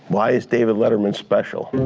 why is david letterman special?